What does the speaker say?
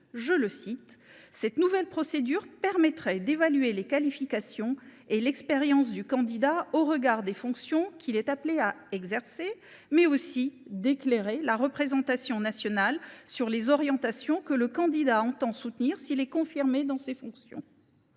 des motifs :« Cette nouvelle procédure permettrait d’évaluer les qualifications et l’expérience du candidat au regard des fonctions qu’il est appelé à exercer, mais aussi d’éclairer la représentation nationale sur les orientations que le candidat entend soutenir s’il est confirmé dans ses fonctions. »